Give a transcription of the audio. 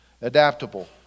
Adaptable